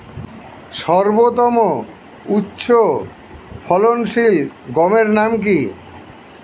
সর্বতম উচ্চ ফলনশীল গমের নাম কি?